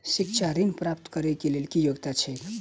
शिक्षा ऋण प्राप्त करऽ कऽ लेल योग्यता की छई?